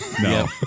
No